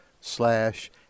slash